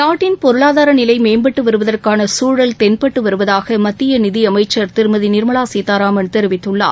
நாட்டின் பொருளாதார நிலை மேம்பட்டு வருவதற்கான சூழல் தென்பட்டு வருவதாக மத்திய நிதியமைச்சர் திருமதி நிர்மலா சீதாராமன் தெரிவித்துள்ளார்